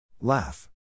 Laugh